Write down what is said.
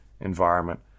environment